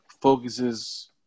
focuses